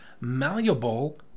malleable